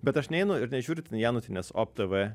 bet aš neinu ir nežiūriu ten janutienės op tv